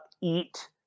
eat